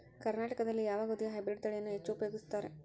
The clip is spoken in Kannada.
ಕರ್ನಾಟಕದಲ್ಲಿ ಯಾವ ಗೋಧಿಯ ಹೈಬ್ರಿಡ್ ತಳಿಯನ್ನು ಹೆಚ್ಚು ಉಪಯೋಗಿಸುತ್ತಾರೆ?